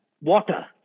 water